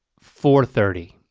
four thirty.